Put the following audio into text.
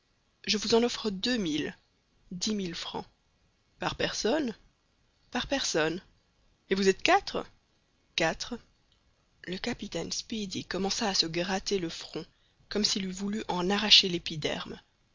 je vous en offre deux mille par personne par personne et vous êtes quatre quatre le capitaine speedy commença à se gratter le front comme s'il eût voulu en arracher l'épiderme